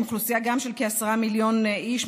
גם עם אוכלוסייה של כעשרה מיליון איש,